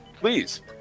Please